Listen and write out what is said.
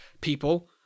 people